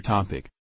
Topic